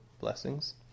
blessings